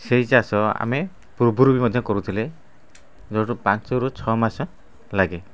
ସେହି ଚାଷ ଆମେ ପୂର୍ବରୁ ବି ମଧ୍ୟ କରୁଥିଲେ ଯେଉଁଠୁ ପାଞ୍ଚରୁ ଛଅ ମାସ ଲାଗେ